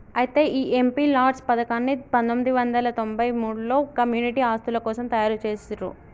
అయితే ఈ MP LADS పథకాన్ని పందొమ్మిది వందల తొంభై మూడులలో కమ్యూనిటీ ఆస్తుల కోసం తయారు జేసిర్రు